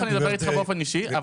אנחנו נדבר באופן אישי.